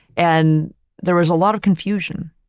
and there was a lot of confusion.